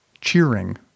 cheering